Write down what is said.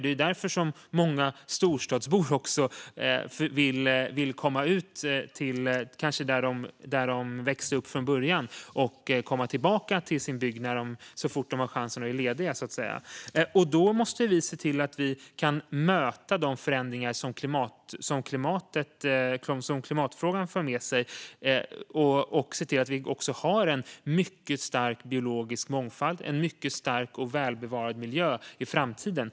Det är ju också därför som många storstadsbor vill komma tillbaka till sin bygd där de växte upp så fort de har chansen och är lediga. Då måste vi se till att vi kan möta de förändringar som klimatfrågan för med sig och att vi även har en mycket stark biologisk mångfald och en mycket stark och välbevarad miljö i framtiden.